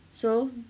so